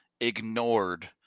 ignored